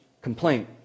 complaint